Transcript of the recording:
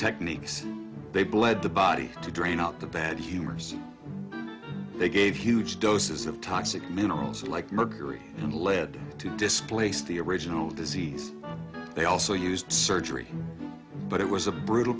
techniques they bled the body to drain out the bad humors they gave huge doses of toxic minerals like mercury and lead to displace the original disease they also used surgery but it was a brutal